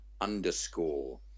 underscore